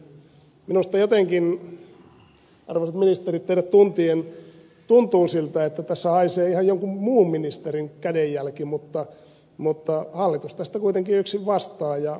minusta jotenkin arvoisat ministerit teidät tuntien tuntuu siltä että tässä haisee ihan jonkun muun ministerin kädenjälki mutta hallitus tästä kuitenkin yksin vastaa